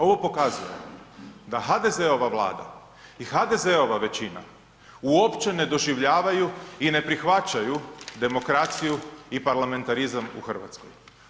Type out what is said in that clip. Ovo pokazuje da HDZ-ova Vlada i HDZ-ova većina uopće ne doživljavaju i ne prihvaćaju demokraciju i parlamentarizam u Hrvatskoj.